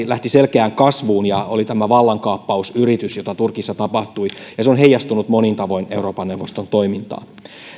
lähti selkeään kasvuun ja oli tämä vallankaappausyritys joka turkissa tapahtui ja se on heijastunut monin tavoin euroopan neuvoston toimintaan